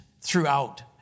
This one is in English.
throughout